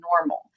normal